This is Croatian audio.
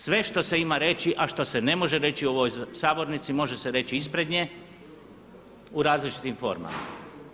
Sve što se ima reći, a što se ne može reći u ovoj sabornici može se reći ispred nje u različitim formama.